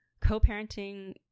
co-parenting